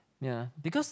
ya because